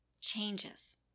Changes